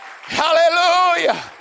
Hallelujah